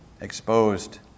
exposed